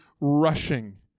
rushing